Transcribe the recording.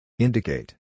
Indicate